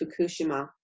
Fukushima